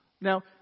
Now